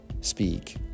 speak